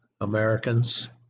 Americans